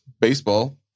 baseball